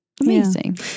Amazing